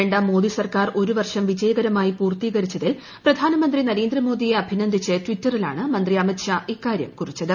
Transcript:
രണ്ടാം മോ്ദി സർക്കാർ ഒരു വർഷം വിജയകരമായി പൂർത്തീകരിച്ചതിൽ പ്രധാനമന്ത്രി നരേന്ദ്രമോദിയെ അഭിനന്ദിച്ച് ടിറ്ററിലാണ് മന്ത്രി അമിത് ഷാ ഇക്കാര്യം കുറിച്ചത്